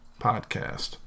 podcast